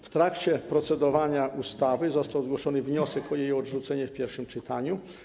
W trakcie procedowania nad ustawą został zgłoszony wniosek o jej odrzucenie w pierwszym czytaniu.